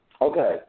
Okay